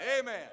Amen